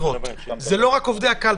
זה לא רק עובדי הקלפי,